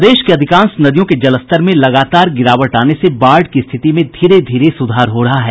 प्रदेश की अधिकांश नदियों के जलस्तर में लगातार गिरावट आने से बाढ़ की स्थिति में धीरे धीरे सुधार हो रहा है